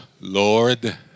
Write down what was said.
Lord